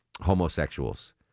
homosexuals